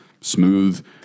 smooth